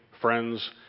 friends